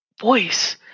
voice